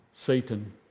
Satan